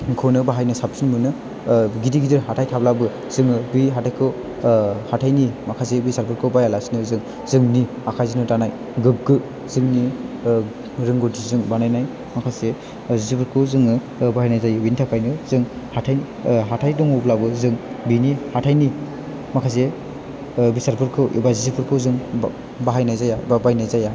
खौनो बाहायनो साबसिन मोनो गिदिर गिदिर हाथाइ थाब्लाबो जोङो बै हाथाइखौ हाथाइनि माखासे बेसादफोरखौ बायालासैनो जों जोंनि आखाइजोंनो दानाय गोगो जोंनि रोंगौथिजों बानायनाय माखासे जिफोरखौ जोङो बाहानाय जायो बिनि थाखायनो जों हाथाइ हाथाइ दङब्लाबो जों बिनि हाथाइनि माखासे बेसादफोरखौ एबा जिफोरखौ जों बाहायनाय जाया बा बायनाय जाया